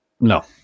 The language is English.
No